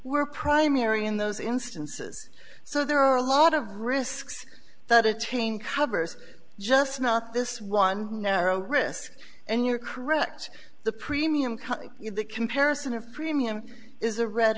we're primary in those instances so there are a lot of risks that a chain covers just not this one narrow risk and you're correct the premium cut the comparison of premium is a red